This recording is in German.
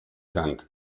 gang